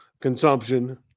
consumption